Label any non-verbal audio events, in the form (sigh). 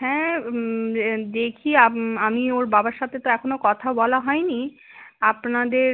হ্যাঁ দেখি (unintelligible) আমি ওর বাবার সাথে তো এখনও কথা বলা হয়নি আপনাদের